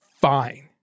fine